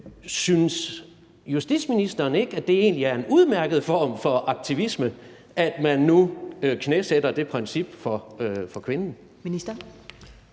Synes justitsministeren ikke, at det egentlig er en udmærket form for aktivisme, at man nu knæsætter det princip for kvinden?